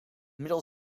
middel